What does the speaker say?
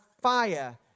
fire